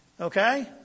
Okay